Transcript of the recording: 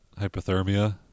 Hypothermia